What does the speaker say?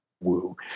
woo